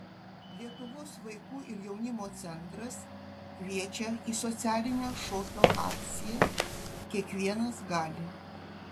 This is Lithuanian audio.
lietuvos vaikų ir jaunimo centras kviečia į socialinę šokio akciją kiekvienas gali